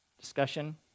discussion